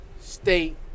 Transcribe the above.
State